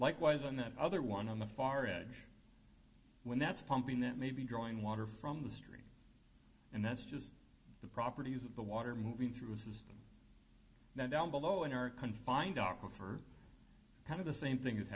likewise on the other one on the far edge when that's pumping that may be drawing water from the stream and that's just the properties of the water moving through the system now down below and are confined aco for kind of the same thing is